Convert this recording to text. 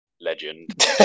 Legend